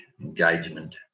engagement